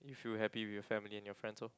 you feel happy with your family and your friends lor